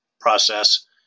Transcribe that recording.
process